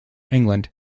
england